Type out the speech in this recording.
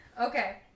Okay